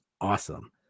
awesome